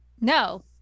No